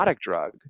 drug